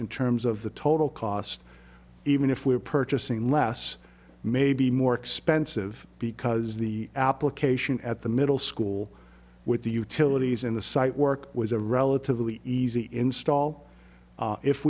in terms of the total cost even if we are purchasing less may be more expensive because the application at the middle school with the utilities in the site work was a relatively easy install